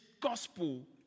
gospel